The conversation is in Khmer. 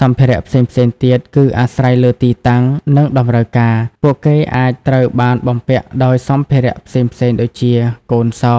សម្ភារៈផ្សេងៗទៀត គឺអាស្រ័យលើទីតាំង និងតម្រូវការ ពួកគេអាចត្រូវបានបំពាក់ដោយសម្ភារៈផ្សេងៗដូចជា កូនសោ